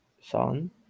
son